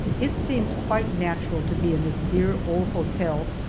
it seems quite natural to be in this dear old hotel,